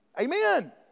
Amen